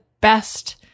best